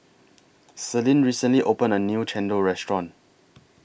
Celine recently opened A New Chendol Restaurant